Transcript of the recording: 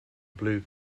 blue